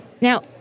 Now